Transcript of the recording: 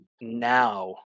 now